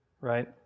right